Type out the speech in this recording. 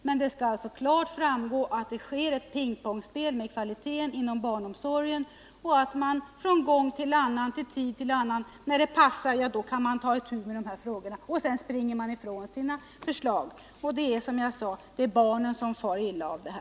Men det skall klart framgå att det pågår ett pingpongspel med kvaliteten inom barnomsorgen från tid till annan. När det passar tar man itu med dessa frågor, men sedan springer man ifrån sina förslag. Det är barnen som far illa av detta.